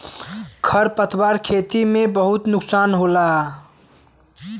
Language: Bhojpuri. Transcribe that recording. खर पतवार से खेती में बहुत नुकसान होला